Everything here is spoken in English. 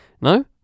no